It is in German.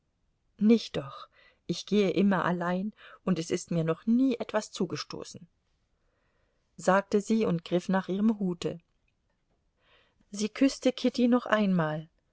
nicht doch ich gehe immer allein und es ist mir noch nie etwas zugestoßen sagte sie und griff nach ihrem hute sie küßte kitty noch einmal